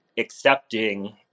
accepting